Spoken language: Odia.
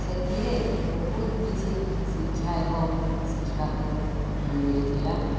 ସେଥିରେ ବହୁତ କିଛି ଶିକ୍ଷା ଏବଂ ଶିଖିବାକୁ ମିଳିଥିଲା